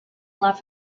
love